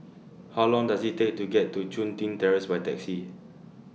How Long Does IT Take to get to Chun Tin Terrace By Taxi